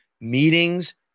meetings